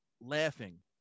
laughing